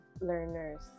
learners